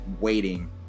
waiting